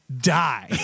die